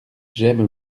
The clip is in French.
j’aime